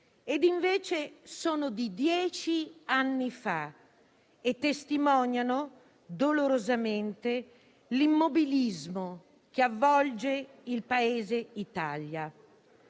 che invece sono di dieci anni fa e testimoniano dolorosamente l'immobilismo che avvolge il Paese Italia.